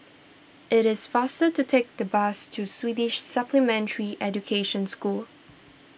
it is faster to take the bus to Swedish Supplementary Education School